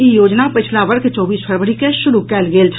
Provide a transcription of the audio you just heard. ई योजना पछिला वर्ष चौबीस फरवरी के शुरू कयल गेल छल